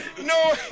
no